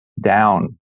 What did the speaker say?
down